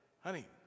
Honey